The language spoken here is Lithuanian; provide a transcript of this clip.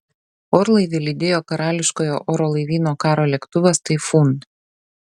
orlaivį lydėjo karališkojo oro laivyno karo lėktuvas taifūn